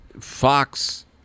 Fox